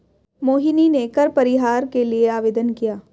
मोहिनी ने कर परिहार के लिए आवेदन किया